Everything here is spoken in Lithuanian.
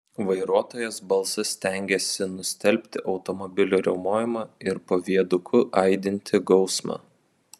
vairuotojos balsas stengėsi nustelbti automobilių riaumojimą ir po viaduku aidintį gausmą